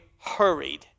hurried